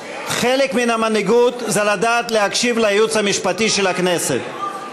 חלק מהמנהיגות זה לדעת להקשיב לייעוץ המשפטי של הכנסת.